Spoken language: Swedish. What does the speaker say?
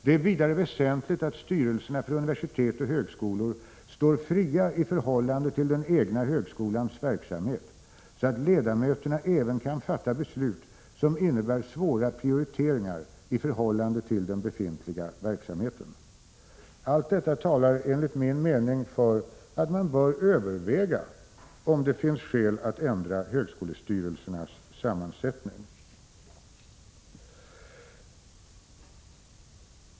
Det är vidare väsentligt att styrelserna för universitet och högskolor står fria i förhållande till den egna högskolans verksamhet, så att ledamöterna även kan fatta beslut som innebär svåra prioriteringar i förhållande till den befintliga verksamheten. Allt detta talar, enligt min mening, för att man bör överväga om det finns skäl att ändra högskolestyrelsernas sammansättning.